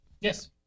Yes